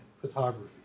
photography